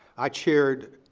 i chaired